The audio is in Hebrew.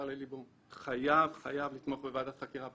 ללבו חייב לתמוך בוועדת חקירה פרלמנטרית.